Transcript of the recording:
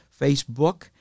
Facebook